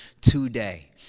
today